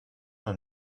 noch